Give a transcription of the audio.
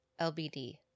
LBD